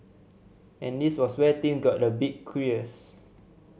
and this was where thing got a bit curious